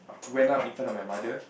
went up in front of my mother